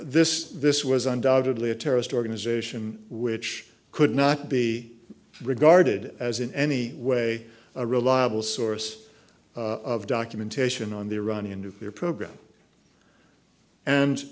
this this was undoubtedly a terrorist organization which could not be regarded as in any way a reliable source of documentation on the iranian nuclear program and